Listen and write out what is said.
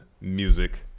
music